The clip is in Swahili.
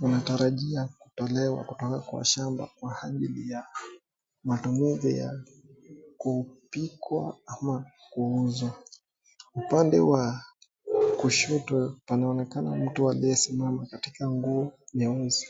unatarajia kutolewa kutoka kwa shamba kwa ajili ya matumizi ya kupikwa ama kuuzwa. Upande wa kushoto, panaonekana mtu aliye amesimama katika nguo nyeusi.